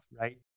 right